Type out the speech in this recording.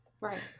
Right